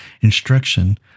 instruction